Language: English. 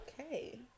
Okay